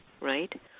right